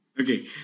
Okay